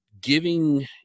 giving